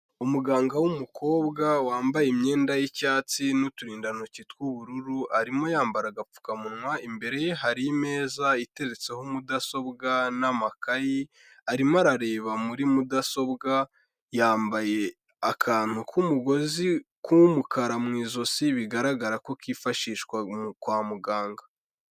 Umuganga w'umukobwa wambaye imyenda y'icyatsi n'uturindantoki tw'ubururu, arimo yambara agapfukamunwa imbere ye hari imeza itetseho mudasobwa n'amakayi, arimo arareba muri mudasobwa, yambaye akantu k'umugozi k'umukara mu ijosi bigaragara ko kifashishwa kwa muganga.